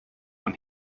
man